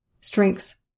strengths